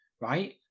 right